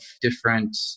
different